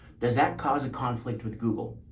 does that cause a conflict with google?